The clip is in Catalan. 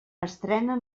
estrena